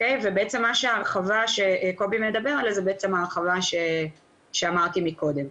ובעצם ההרחבה שקובי מדבר עליה זו בעצם ההרחבה שאמרתי מקודם,